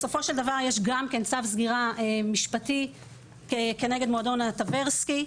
בסופו של דבר יש גם צו סגירה משפטי כנגד מועדון הטברסקי.